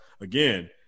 again